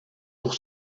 pour